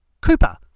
Cooper